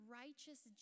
righteous